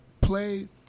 play